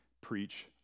preach